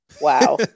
Wow